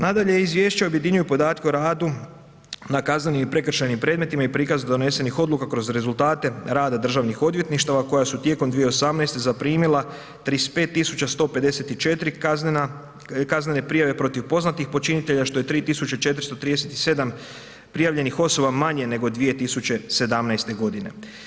Nadalje, izvješće objedinjuje podatke o radu na kaznenim i prekršajnim predmetima i prikazu donesenih odluka kroz rezultate rada državnih odvjetništava koja su tijekom 2018. zaprimila 35.154 kaznene prijave protiv poznatih počinitelja što je 3.437 prijavljenih osoba manje nego 2017. godine.